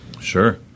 Sure